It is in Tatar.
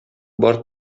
бар